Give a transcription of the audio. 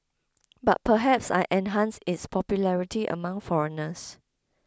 but perhaps I enhanced its popularity among foreigners